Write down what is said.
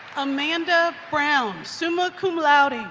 amanda brown, summa cum laude.